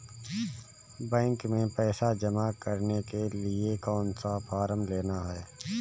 Bank में पैसा जमा करने के लिए कौन सा फॉर्म लेना है?